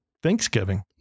Thanksgiving